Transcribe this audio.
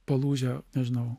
palūžę nežinau